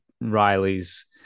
Riley's